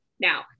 Now